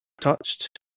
touched